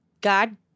God